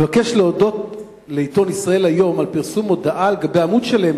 אני מבקש להודות לעיתון "ישראל היום" על פרסום מודעה על גבי עמוד שלם.